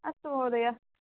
अस्तु महोदय